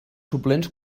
suplents